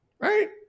Right